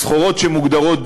סחורות שמוגדרות דו-שימושיות,